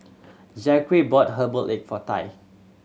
Zackery bought herbal egg for Tai